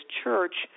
church